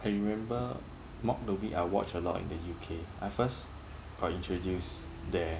I remember mock the week I watched a lot in the U_K I first got introduced there